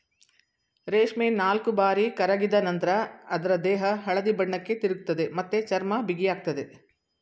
ರೇಷ್ಮೆ ನಾಲ್ಕುಬಾರಿ ಕರಗಿದ ನಂತ್ರ ಅದ್ರ ದೇಹ ಹಳದಿ ಬಣ್ಣಕ್ಕೆ ತಿರುಗ್ತದೆ ಮತ್ತೆ ಚರ್ಮ ಬಿಗಿಯಾಗ್ತದೆ